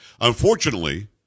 Unfortunately